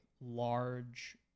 large